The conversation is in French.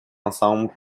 ensemble